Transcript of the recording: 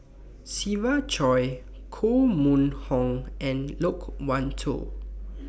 Siva Choy Koh Mun Hong and Loke Wan Tho